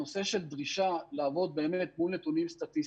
הדרישה היא לעבוד מול נתונים סטטיסטיים,